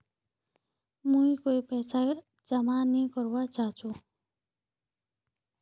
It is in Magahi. मी कोय पैसा जमा नि करवा चाहची